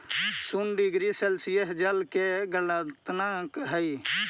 शून्य degree Celsius जल के गलनांक हई